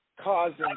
causing